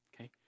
Okay